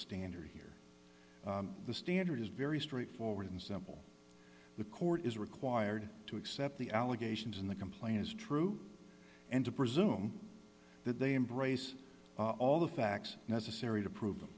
standard here the standard is very straightforward and simple the court is required to accept the allegations in the complaint is true and to presume that they embrace all the facts necessary to prove them